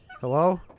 Hello